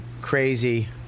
crazy